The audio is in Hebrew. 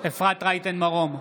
אפרת רייטן מרום,